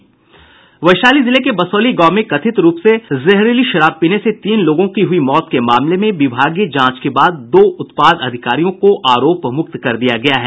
वैशाली जिले के बसौली गांव में कथित रूप से जहरीली शराब पीने से तीन लोगों की हुई मौत के मामले में विभागीय जांच के बाद दो उत्पाद अधिकारियों को आरोप मुक्त कर दिया गया है